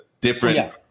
different